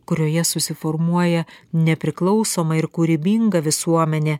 kurioje susiformuoja nepriklausoma ir kūrybinga visuomenė